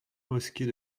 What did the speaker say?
mosquées